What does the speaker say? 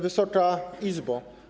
Wysoka Izbo!